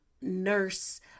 nurse